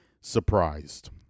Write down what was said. surprised